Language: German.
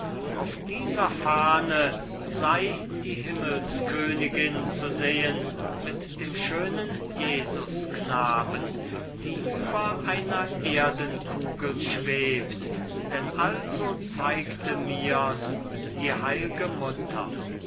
auf dieser fahne sei die himmelskönigin zu sehen mit dem schönen jesusknaben die über einer erdenkugel schwebt denn also zeigte mirs die heilge mutter